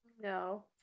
No